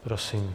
Prosím.